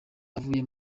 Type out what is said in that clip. avuye